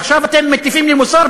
עכשיו אתם מטיפים לי מוסר,